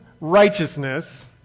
righteousness